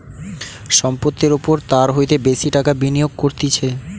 সম্পত্তির ওপর তার হইতে বেশি টাকা বিনিয়োগ করতিছে